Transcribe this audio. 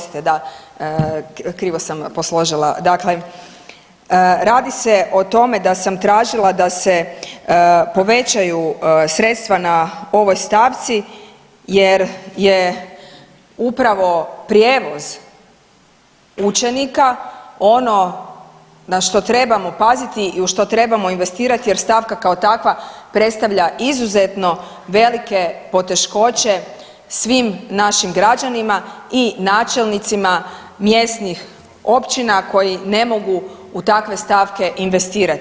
Aha, aha, da, krivo sam posložila, dakle, radi se o tome da sam tražila da se povećaju sredstva na ovoj stavci jer je upravo prijevoz učenika ono na što trebamo paziti i u što trebamo investirati jer stavka kao takva predstavlja izuzetno velike poteškoće svim našim građanima i načelnicima mjesnih općina koji ne mogu u takve stavke investirati.